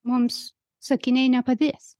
mums sakiniai nepadės